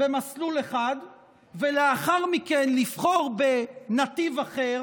במסלול אחד ולאחר מכן לבחור בנתיב אחר,